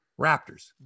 Raptors